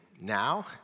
now